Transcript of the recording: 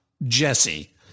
Jesse